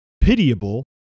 pitiable